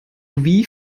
wie